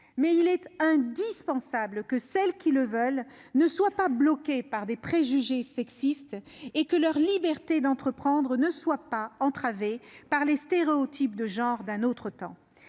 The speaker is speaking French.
mais il est indispensable que celles qui le souhaitent ne soient pas bloquées par des préjugés sexistes et que leur liberté d'entreprendre ne soit pas entravée par des stéréotypes de genre d'un autre temps.